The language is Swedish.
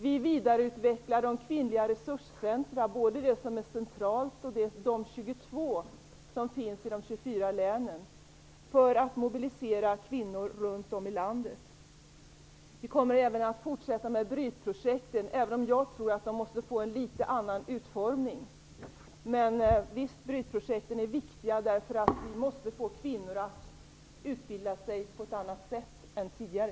Vi vidareutvecklar de kvinnliga resurscentrumen, både de som finns centralt och de 22 som finns i de 24 länen, för att mobilisera kvinnor runt om i landet. Vi kommer också att fortsätta med Brytprojekten, även om jag tror att de måste få en litet annorlunda utformning. Men visst är Brytprojekten viktiga. Vi måste få kvinnor att utbilda sig på ett annat sätt än tidigare.